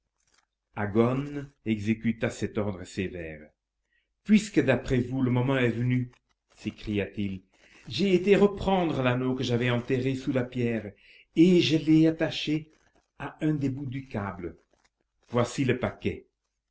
aghone exécuta cet ordre sévère puisque d'après vous le moment est venu s'écria-t-il j'ai été reprendre l'anneau que j'avais enterré sous la pierre et je l'ai attaché à un des bouts du câble voici le paquet